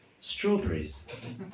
strawberries